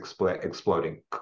exploding